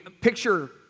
picture